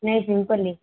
नहीं सिम्पल ही